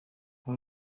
aba